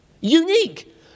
Unique